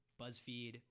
BuzzFeed